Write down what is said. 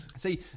See